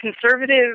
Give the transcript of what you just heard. conservative